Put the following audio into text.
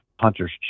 hunters